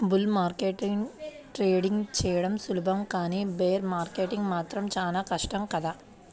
bull మార్కెట్లో trading చెయ్యడం సులభం కానీ బేర్ మార్కెట్లో మాత్రం చానా కష్టం కదా